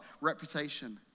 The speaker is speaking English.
reputation